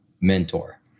mentor